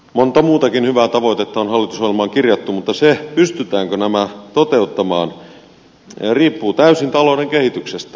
monta muutakin hyvää tavoitetta on hallitusohjelmaan kirjattu mutta se pystytäänkö nämä toteuttamaan riippuu täysin talouden kehityksestä